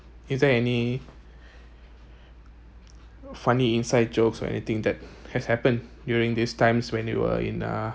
is there any funny inside jokes or anything that has happened during these times when you were in uh